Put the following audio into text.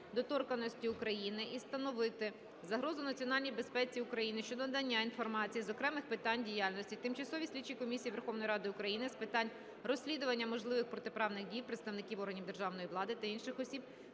недоторканості України і становити загрозу національній безпеці України щодо надання інформації з окремих питань діяльності Тимчасової слідчої комісії Верховної Ради України з питань розслідування можливих протиправних дій представників органів державної влади та інших осіб,